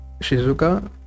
Shizuka